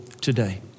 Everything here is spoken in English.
today